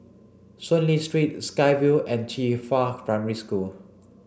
Soon Lee Street Sky Vue and Qifa Primary School